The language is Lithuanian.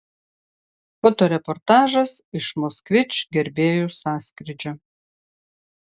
fotoreportažas iš moskvič gerbėjų sąskrydžio